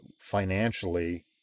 financially